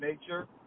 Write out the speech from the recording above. nature